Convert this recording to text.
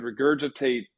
regurgitate